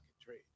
trade